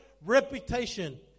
reputation